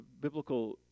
biblical